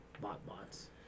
Bot-bots